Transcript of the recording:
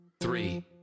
three